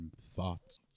thoughts